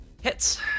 hits